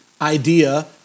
idea